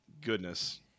Goodness